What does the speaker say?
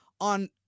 on